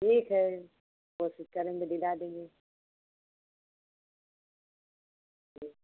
ठीक है कोशिश करेंगे दिला देंगे ठीक